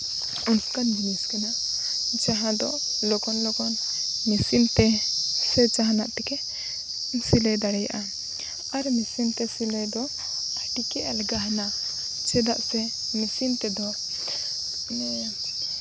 ᱚᱝᱠᱟᱱ ᱡᱤᱱᱤᱥ ᱠᱟᱱᱟ ᱡᱟᱦᱟᱸ ᱫᱚ ᱞᱚᱜᱚᱱᱼᱞᱚᱜᱚᱱ ᱢᱤᱥᱤᱱ ᱛᱮ ᱥᱮ ᱡᱟᱦᱟᱸᱱᱟᱜ ᱛᱮᱜᱮ ᱥᱤᱞᱟᱹᱭ ᱫᱟᱲᱮᱭᱟᱜᱼᱟ ᱟᱨ ᱢᱤᱥᱤᱱ ᱛᱮ ᱥᱤᱞᱟᱹᱭ ᱫᱚ ᱟᱹᱰᱤ ᱜᱮ ᱟᱞᱜᱟᱦᱟᱱᱟ ᱪᱮᱫᱟᱜ ᱥᱮ ᱢᱤᱥᱤᱱ ᱛᱮᱫᱚ ᱢᱟᱱᱮ